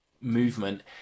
movement